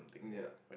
yeah